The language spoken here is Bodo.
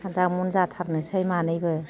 आदामन जाथारनोसै मानैबो